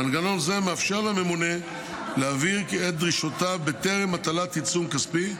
מנגנון זה מאפשר לממונה להבהיר את דרישותיו בטרם הטלת עיצום כספי.